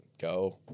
go